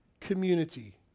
community